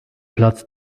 platz